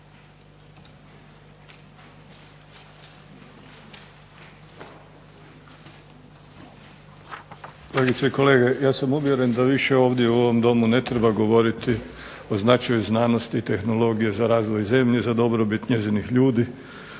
Kolegice i kolege, ja sam uvjeren da više ovdje u ovom Domu ne treba govoriti o značaju znanosti i tehnologije za razvoj zemlje za dobrobit njezinih ljudi